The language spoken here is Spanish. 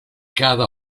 cada